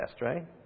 right